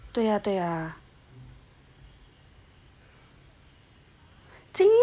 对呀对呀